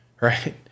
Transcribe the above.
right